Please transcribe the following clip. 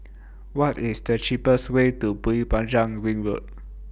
What IS The cheapest Way to Bukit Panjang Ring Road